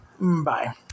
Bye